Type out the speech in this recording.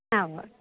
ആ ഉവ്വ്